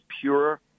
pure